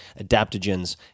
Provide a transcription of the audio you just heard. adaptogens